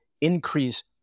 increase